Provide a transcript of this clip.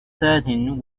setting